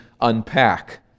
unpack